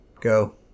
Go